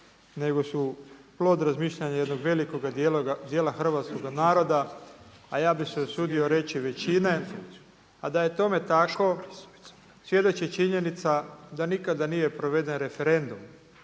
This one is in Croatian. nego su plod razmišljanja jednog velikoga dijela hrvatskoga naroda, a ja bih se usudio reći većine. A da je tome tako svjedoči činjenica da nikada nije proveden referendum,